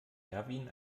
erwin